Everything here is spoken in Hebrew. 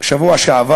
שנהרס בשבוע שעבר,